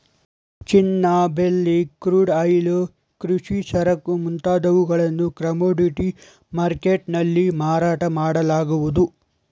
ಚಿನ್ನ, ಬೆಳ್ಳಿ, crude oil, ಕೃಷಿ ಸರಕು ಮುಂತಾದವುಗಳನ್ನು ಕಮೋಡಿಟಿ ಮರ್ಕೆಟ್ ನಲ್ಲಿ ಮಾರಾಟ ಮಾಡಲಾಗುವುದು